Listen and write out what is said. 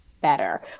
better